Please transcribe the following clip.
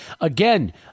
Again